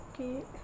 okay